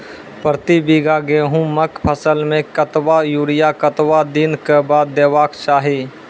प्रति बीघा गेहूँमक फसल मे कतबा यूरिया कतवा दिनऽक बाद देवाक चाही?